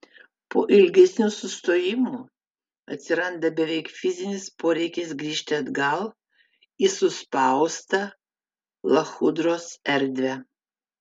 po ilgesnių sustojimų atsiranda beveik fizinis poreikis grįžti atgal į suspaustą lachudros erdvę